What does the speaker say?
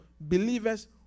believers